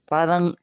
Parang